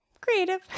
creative